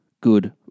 good